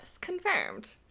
confirmed